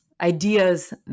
ideas